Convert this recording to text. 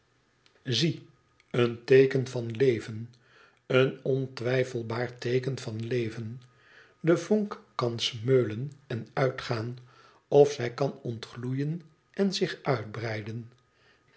een teeken van leven en ontwijfelbaar teeken van leven i de vonk kan smeulen en uitgaan of zij kan ontgloeien en zich uitbreiden